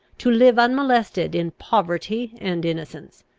to live unmolested in poverty and innocence?